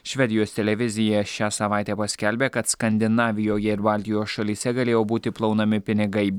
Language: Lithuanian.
švedijos televizija šią savaitę paskelbė kad skandinavijoje ir baltijos šalyse galėjo būti plaunami pinigai